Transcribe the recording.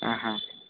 ಹಾಂ ಹಾಂ